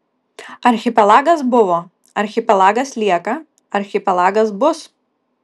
archipelagas buvo archipelagas lieka archipelagas bus